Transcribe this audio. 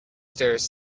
stairs